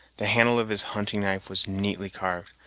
the handle of his hunting-knife was neatly carved,